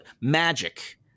magic